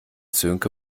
sönke